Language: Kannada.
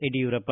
ಯಡಿಯೂರಪ್ಪ